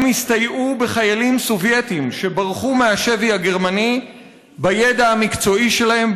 הם הסתייעו בחיילים סובייטים שברחו מהשבי הגרמני בידע המקצועי שלהם,